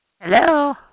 Hello